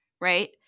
Right